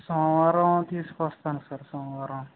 సోమవారం తీసుకవస్తాను సార్ సోమవారం